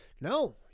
no